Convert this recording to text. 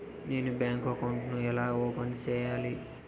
నేను bank account ను ఎలా ఓపెన్ సేయాలి?